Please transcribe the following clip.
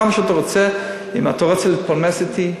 כמה שאתה רוצה, אם אתה רוצה להתפלמס אתי.